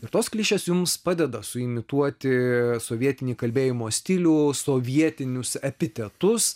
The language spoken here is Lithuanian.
ir tos klišės jums padeda su imituoti sovietinį kalbėjimo stilių sovietinius epitetus